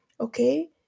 Okay